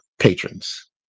patrons